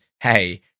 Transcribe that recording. hey